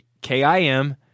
K-I-M